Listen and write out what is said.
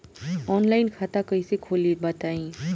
Online खाता कइसे खोली बताई?